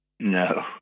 No